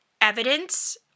evidence